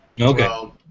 Okay